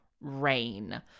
rain